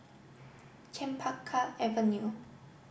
Chempaka Avenue